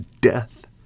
death